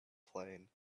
plane